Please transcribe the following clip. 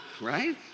right